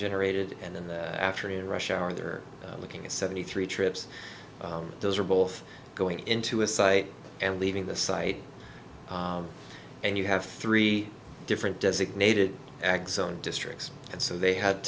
generated and in the afternoon rush hour there looking at seventy three trips those are both going into a site and leaving the site and you have three different designated ags own districts and so they had